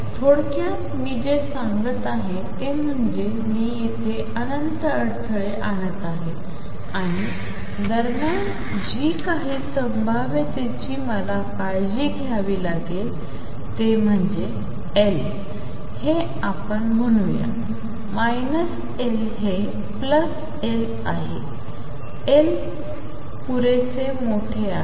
थोडक्यात मी जे सांगत आहे ते म्हणजे मी येथे अनंत अडथळे आणत आहे आणि दरम्यान जी काही संभाव्यतेची मला काळजी घ्यावी लागेल ती म्हणजे एल हे आपण म्हणूया L हे L आहे एल पुरेसे मोठे आहे